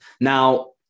Now